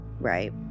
right